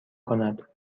کند